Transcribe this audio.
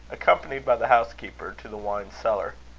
accompanied by the housekeeper, to the wine-cellar.